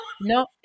No